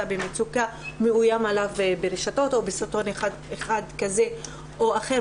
במצוקה ומאוים ברשתות או בסרטון כזה או אחר,